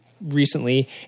recently